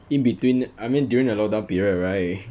in between I mean during the lockdown period right